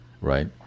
Right